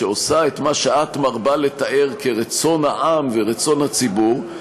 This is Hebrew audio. שעושה את מה שאת מרבה לתאר כרצון העם ורצון הציבור,